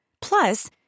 Plus